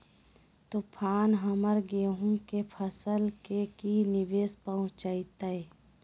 तूफान हमर गेंहू के फसल के की निवेस पहुचैताय?